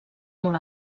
molt